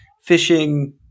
fishing